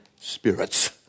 spirits